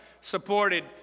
supported